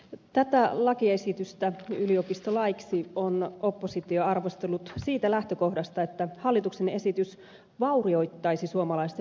tätä lakiesitystä yliopistolaiksi on oppositio arvostellut siitä lähtökohdasta että hallituksen esitys vaurioittaisi suomalaista yliopistojärjestelmää